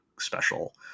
special